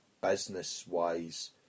business-wise